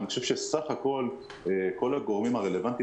אני חושב שסך הכול כל הגורמים הרלוונטיים